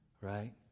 right